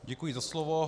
Děkuji za slovo.